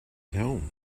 home